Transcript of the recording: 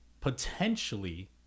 potentially